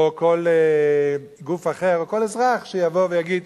או כל גוף אחר או כל אזרח שיבוא ויגיד.